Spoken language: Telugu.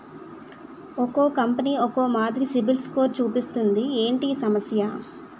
ఒక్కో కంపెనీ ఒక్కో మాదిరి సిబిల్ స్కోర్ చూపిస్తుంది ఏంటి ఈ సమస్య?